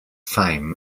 fame